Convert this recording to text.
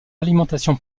alimentation